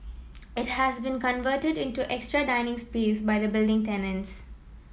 it has been converted into extra dining space by the building tenants